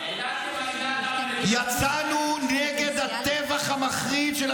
העללתם עלילת דם על